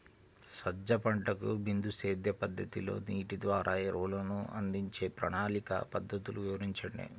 సజ్జ పంటకు బిందు సేద్య పద్ధతిలో నీటి ద్వారా ఎరువులను అందించే ప్రణాళిక పద్ధతులు వివరించండి?